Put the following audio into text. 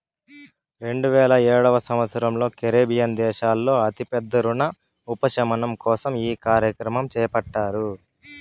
రెండువేల ఏడవ సంవచ్చరంలో కరేబియన్ దేశాల్లో అతి పెద్ద రుణ ఉపశమనం కోసం ఈ కార్యక్రమం చేపట్టారు